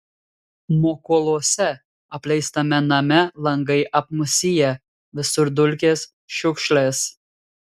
mokoluose apleistame name langai apmūsiję visur dulkės šiukšlės